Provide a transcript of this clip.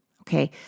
Okay